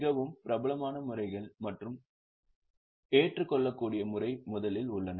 மிகவும் பிரபலமான முறைகள் மற்றும் ஏற்றுக்கொள்ளக்கூடிய முறை முதலில் உள்ளன